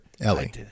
Ellie